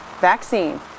vaccine